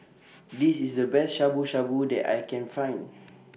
This IS The Best Shabu Shabu that I Can Find